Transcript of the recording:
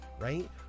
right